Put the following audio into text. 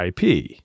ip